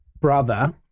brother